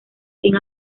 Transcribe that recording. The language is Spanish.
fin